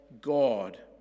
God